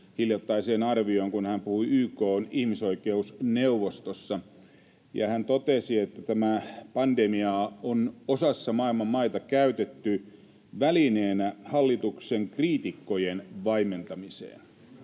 hiljattaiseen arvioon, kun hän puhui YK:n ihmisoikeusneuvostossa, ja hän totesi, että tätä pandemiaa on osassa maailman maita käytetty välineenä hallituksen kriitikkojen vaimentamiseen.